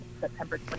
September